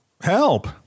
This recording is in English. Help